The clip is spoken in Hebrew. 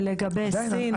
לגבי סין,